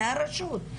זה הרשות.